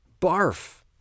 Barf